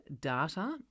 data